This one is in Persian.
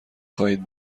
خواهید